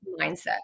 mindset